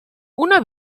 una